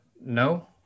no